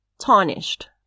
tarnished